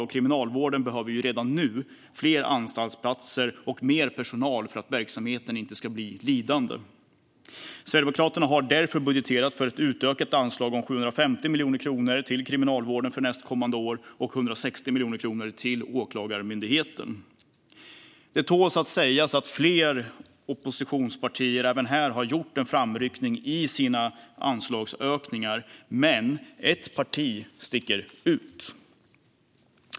Och Kriminalvården behöver redan nu fler anstaltsplatser och mer personal för att verksamheten inte ska bli lidande. Sverigedemokraterna har därför budgeterat för ett utökat anslag om 750 miljoner kronor till Kriminalvården för nästa år och 160 miljoner kronor till Åklagarmyndigheten. Det tål att sägas att fler oppositionspartier även här har gjort en framryckning i sina anslagsökningar, men ett parti sticker ut.